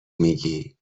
میگی